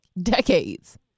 decades